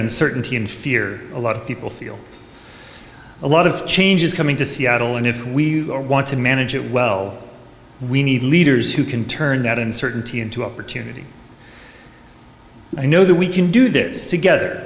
uncertainty and fear a lot of people feel a lot of change is coming to seattle and if we want to manage it well we need leaders who can turn that in certainty into opportunity you know that we can do this together